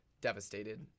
devastated